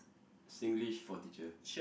Singlish for teacher